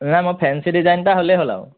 নাই মোৰ fancy design এটা হ'লেই হ'ল আৰু